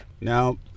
Now